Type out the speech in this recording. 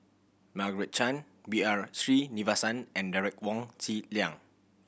Margaret Chan B R Sreenivasan and Derek Wong Zi Liang